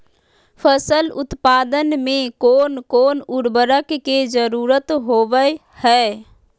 फसल उत्पादन में कोन कोन उर्वरक के जरुरत होवय हैय?